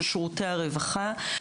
של שירותי הרווחה,